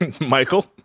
Michael